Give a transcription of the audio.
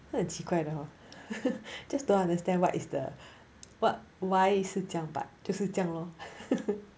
他很奇怪的 hor just don't understand what is the what why 是这样 but 就是这样 lor